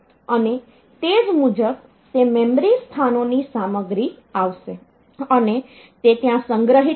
અને તે મુજબ તે મેમરી સ્થાનોની સામગ્રી આવશે અને તે ત્યાં સંગ્રહિત થશે